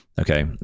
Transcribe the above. okay